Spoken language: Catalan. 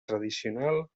tradicional